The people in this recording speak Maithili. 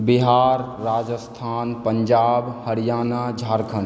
बिहार राजस्थान पञ्जाब हरियाणा झारखण्ड